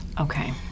Okay